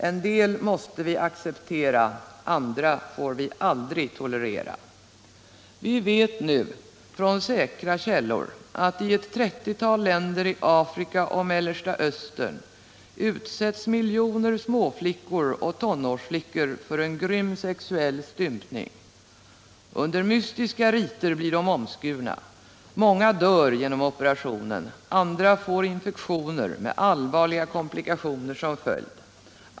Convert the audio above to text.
En del måste vi acceptera, men andra får vi aldrig tolerera. Vi vet nu från säkra källor att i ett 30-tal länder i Afrika och Mellersta Östern utsätts miljoner småflickor och tonårsflickor för en grym sexuell stympning. Under mystiska riter blir de omskurna. Många dör genom operationen, andra får infektioner med allvarliga komplikationer som följd.